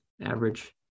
average